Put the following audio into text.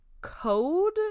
Code